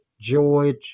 George